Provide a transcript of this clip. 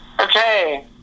okay